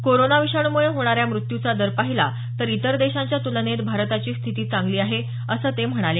corona विषाणूमुळे होणाऱ्या मृत्यूचा दर पाहिला तर इतर देशांच्या तुलनेत भारताची स्थिती चांगली आहे असं पंतप्रधान म्हणाले